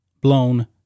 blown